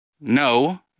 no